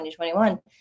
2021